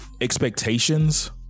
expectations